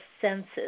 senses